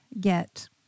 get